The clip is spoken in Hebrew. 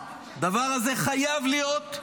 הדבר הזה חייב להיות,